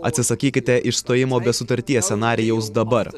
atsisakykite išstojimo be sutarties scenarijaus dabar